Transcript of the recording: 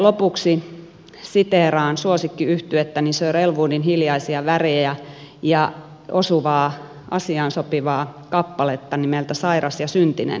lopuksi siteeraan suosikkiyhtyettäni sir elwoodin hiljaisia värejä ja osuvaa asiaan sopivaa kappaletta nimeltä sairas ja syntinen